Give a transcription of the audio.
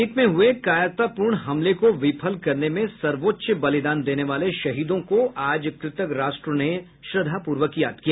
संसद भवन पर दो हजार एक में हुए कायरतापूर्ण हमले को विफल करने में सर्वोच्च बलिदान देने वाले शहीदों को आज कृतज्ञ राष्ट्र ने श्रद्वापूर्वक याद किया